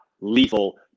lethal